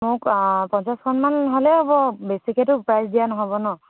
মোক পঞ্চাছখনমান হ'লে হ'ব বেছিকেতো প্ৰাইজ দিয়া নহ'ব ন